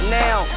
now